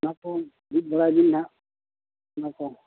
ᱚᱱᱟ ᱠᱚ ᱵᱤᱫ ᱵᱟᱲᱟᱭ ᱵᱤᱱ ᱦᱟᱸᱜ ᱚᱱᱟ ᱠᱚ